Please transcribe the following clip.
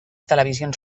televisions